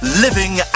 living